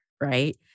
right